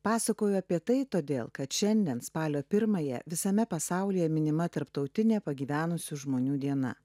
pasakojo apie tai todėl kad šiandien spalio pirmąją visame pasaulyje minima tarptautinė pagyvenusių žmonių diena